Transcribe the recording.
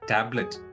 Tablet